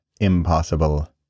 Impossible